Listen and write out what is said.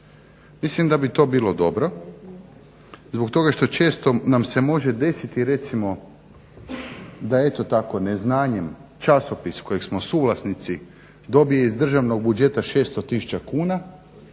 Mislim da bi to bilo dobro zbog toga što često nam se može desiti recimo da eto tako neznanjem časopis kojeg smo suvlasnici dobije iz državnog budžeta 600 tisuća kuna,